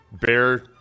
bear